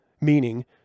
meaning